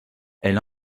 elle